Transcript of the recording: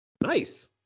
Nice